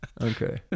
Okay